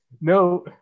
no